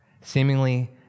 Seemingly